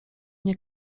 nie